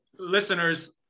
listeners